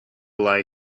lie